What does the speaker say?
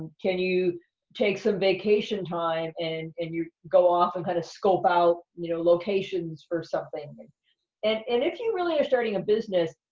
can you take some vacation time and and you go off and kind of scope out, you know, locations for something? like and and if you really are starting a business,